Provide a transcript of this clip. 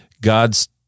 God's